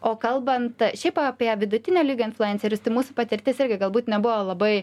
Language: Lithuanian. o kalbant šiaip apie vidutinio lygio influencerius tai mūsų patirtis irgi galbūt nebuvo labai